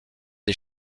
des